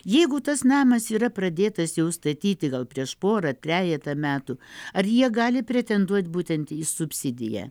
jeigu tas namas yra pradėtas jau statyti gal prieš porą trejetą metų ar jie gali pretenduoti būtent į subsidiją